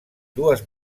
dues